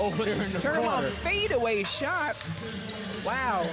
of fade away shots wow